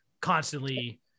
constantly